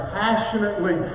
passionately